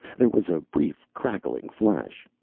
there was a brief, crackling flash.